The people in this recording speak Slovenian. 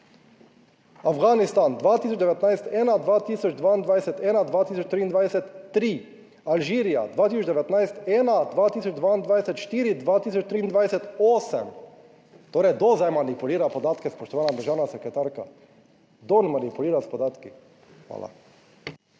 Afganistan 2019 - 1, 2022 - 1, 2023 - 3, Alžirija 2019 - 1, 2022 - 4, 2023 - 8. Torej, kdo zdaj manipulira podatke, spoštovana državna sekretarka, kdo manipulira s podatki? Hvala.